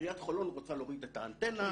עיריית חולון רוצה להוריד את האנטנה,